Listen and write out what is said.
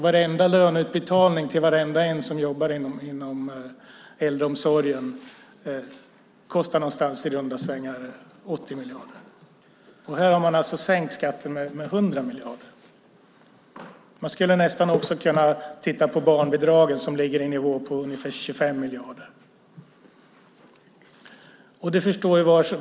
Alla löneutbetalningar till varenda en som jobbar inom äldreomsorgen kostar i runda slängar 80 miljarder. Här har man alltså sänkt skatten med 100 miljarder. Man skulle också kunna titta på barnbidragen, som ligger på nivån 25 miljarder.